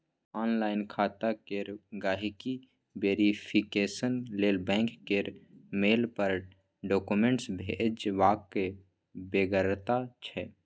online खाता केर गांहिकी वेरिफिकेशन लेल बैंक केर मेल पर डाक्यूमेंट्स भेजबाक बेगरता छै